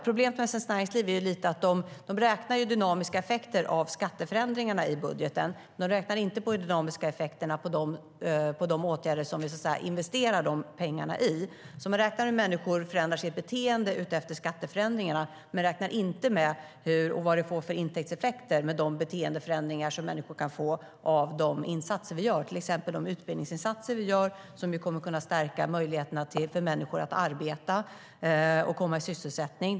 Problemet med Svenskt Näringsliv är lite grann att de räknar med dynamiska effekter av skatteförändringarna i budget men inte räknar på dynamiska effekter av de åtgärder som vi investerar pengarna i. De räknar med att människor förändrar sitt beteende utifrån skatteförändringarna men räknar inte med vilka intäktseffekter det blir med människors beteendeförändringar efter de insatser som vi gör, till exempel de utbildningsinsatser som vi gör, som kommer att kunna stärka möjligheterna för människor att arbeta och komma i sysselsättning.